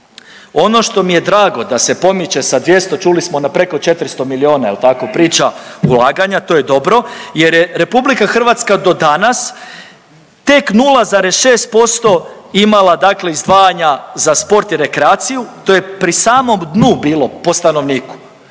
Ono što mi je drago da se pomiče sa 200, čuli smo, na preko 400 milijuna jel tako, priča ulaganja, to je dobro jer je RH do danas tek 0,6% imala dakle izdvajanja za sport i rekreaciju, to je pri samom dnu bilo po stanovniku,